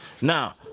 Now